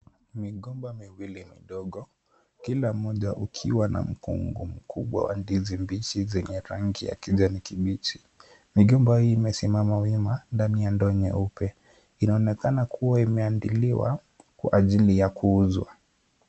Migomba miwili midogo. Kila moja ukiwa na mkungu mkubwa wa ndizi mbichi zenye rangi ya kijani kibichi. Migomba hii imesimama wima ndani ya ndoo nyeupe. Inaonekana kuwa imeandaliwa kwa ajili ya kuuzwa.